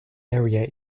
area